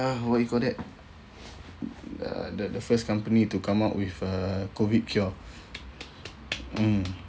uh what you call that uh the the first company to come up with a COVID cure mm